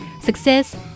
success